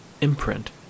imprint